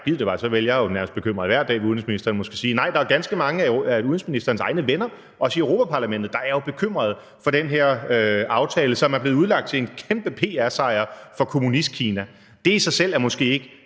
gid det var så vel, for jeg er jo nærmest bekymret hver dag, vil udenrigsministeren måske sige – nej, der er ganske mange af udenrigsministerens egne venner, også i Europa-Parlamentet, der jo er bekymrede for den her aftale, som er blevet udlagt som en kæmpe PR-sejr for Kommunistkina. Det i sig selv er måske ikke